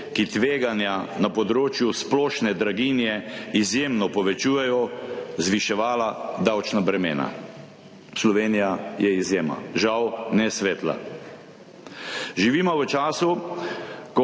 ki tveganja na področju splošne draginje izjemno povečujejo, zviševala davčna bremena. Slovenija je izjema, žal ne svetla. Živimo v času, ko